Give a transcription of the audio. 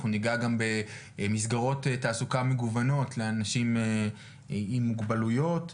אנחנו ניגע גם במסגרות תעסוקה מגוונות לאנשים עם מוגבלויות.